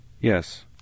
Yes